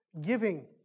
giving